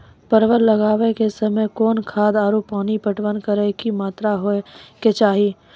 परवल लगाबै के समय कौन खाद आरु पानी पटवन करै के कि मात्रा होय केचाही?